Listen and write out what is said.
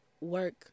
work